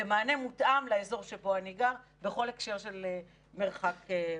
למענה מותאם לאזור שבו אני גר בכל הקשר של מרחק וזמן.